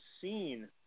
seen –